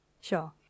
Sure